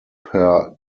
per